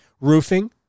Roofing